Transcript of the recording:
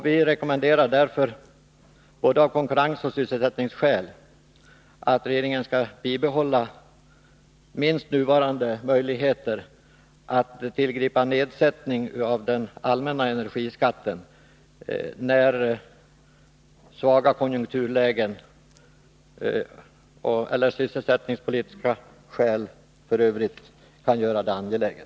Vi rekommenderar därför — både av konkurrensoch sysselsättningsskäl— att regeringen skall bibehålla minst nuvarande möjligheter att tillgripa nedsättning av den allmänna energiskatten när svaga konjunkturlägen eller sysselsättningspolitiska skäl i övrigt kan göra det angeläget.